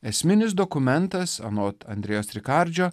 esminis dokumentas anot andrejos rikardžio